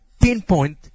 pinpoint